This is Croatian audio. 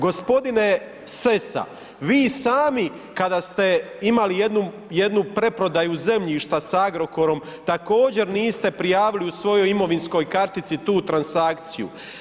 G. Sessa, vi sami kad ste imali jednu preprodaju zemljišta s Agrokorom, također niste prijavili u svojoj imovinskoj kartici tu transakciju.